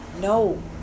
No